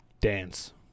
Dance